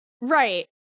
Right